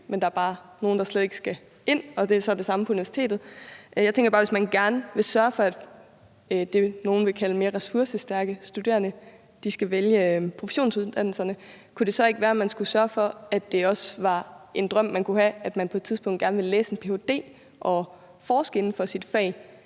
men der er bare nogle, der slet ikke skal ind, og det er så det samme på universitetet. Jeg tænker bare, at hvis man gerne vil sørge for, at de mere ressourcestærke studerende, som nogle vil kalde dem, skal vælge professionsuddannelserne, kunne det så ikke være, at man skulle sørge for, at det også var en drøm, man kunne have, at man på et tidspunkt gerne ville læse en ph.d. og forske inden for sit fag?